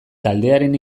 taldearen